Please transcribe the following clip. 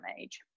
age